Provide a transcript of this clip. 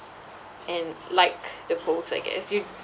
and like the posts I guess you